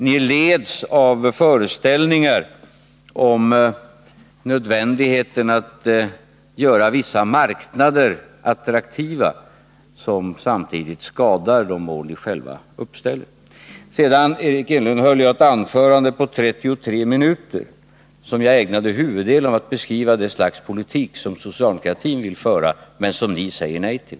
Ni leds av föreställningar om nödvändigheten av att göra vissa marknader attraktiva, vilket samtidigt skadar de mål ni själva uppställer. Sedan, Eric Enlund, höll jag ett anförande på 33 minuter, och huvuddelen av det anförandet ägnade jag åt att beskriva det slags politik som socialdemokratin vill föra men som ni säger nej till.